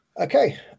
Okay